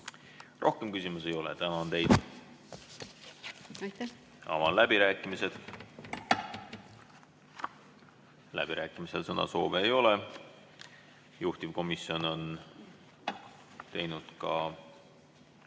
Rohkem küsimusi ei ole. Tänan teid! Avan läbirääkimised. Läbirääkimistel sõnavõtusoove ei ole. Juhtivkomisjon on teinud 24